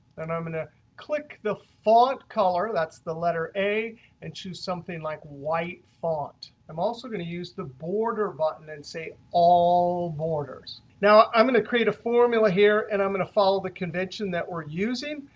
then i'm going to click the font color that's the letter a and choose something like white font. i'm also going to use the border button and say all borders. now, i'm going to create a formula here. and i'm going to follow the convention that we're using.